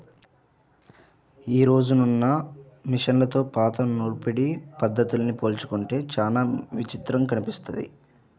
యీ రోజునున్న మిషన్లతో పాత నూర్పిడి పద్ధతుల్ని పోల్చుకుంటే చానా విచిత్రం అనిపిస్తది